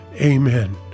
Amen